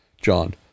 john